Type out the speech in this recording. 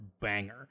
banger